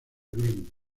green